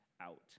out